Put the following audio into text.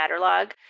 Matterlog